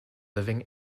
living